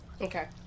Okay